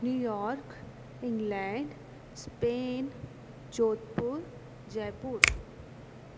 New York England Spain Jodhpur Jaipur